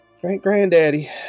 great-granddaddy